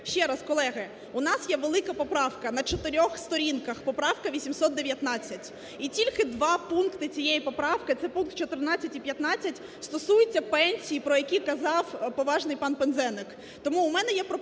Ще раз, колеги, у нас є велика поправка на чотирьох сторінках, поправка 819 і тільки два пункти цієї поправки. Це пункт 14 і 15 стосуються пенсій, про які казав поважний пан Пинзеник. Тому у мене є пропозиція